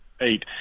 Eight